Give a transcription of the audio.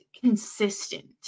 consistent